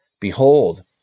Behold